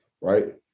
right